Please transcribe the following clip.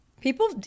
People